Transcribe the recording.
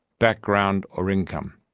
background, or income.